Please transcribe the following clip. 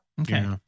okay